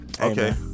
Okay